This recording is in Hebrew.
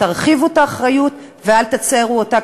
תרחיבו את האחריות ואל תצרו אותה,